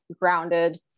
grounded